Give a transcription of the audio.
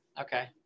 Okay